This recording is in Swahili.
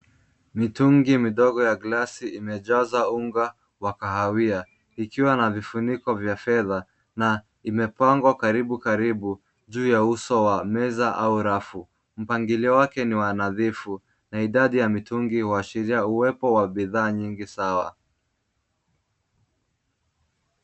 Mitungi midogo ya glasi imejazwa unga wa kahawia, ikiwa na vifuniko vya fedha, na imepangwa karibu karibu, juu ya uso wa meza au rafu. Mpangilio wake ni wa nadhifu, na idadi ya mitungi huashiria uwepo wa bidhaa nyingi sawa.